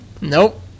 Nope